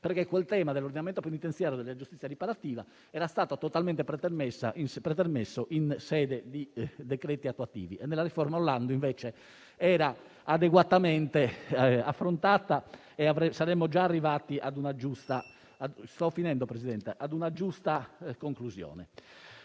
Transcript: perché il tema dell'ordinamento penitenziario e della giustizia riparativa era stato totalmente pretermesso in sede di decreti attuativi; nella riforma Orlando, invece, esso era adeguatamente affrontato e ora saremmo già arrivati a una giusta conclusione.